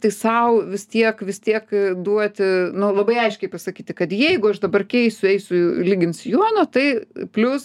tai sau vis tiek vis tiek duoti nu labai aiškiai pasakyti kad jeigu aš dabar keisiu eisiu lygint sijono tai plius